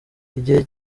igihe